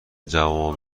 جوابمو